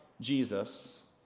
Jesus